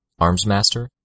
Armsmaster